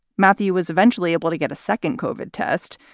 matthew, was eventually able to get a second kovik test.